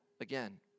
again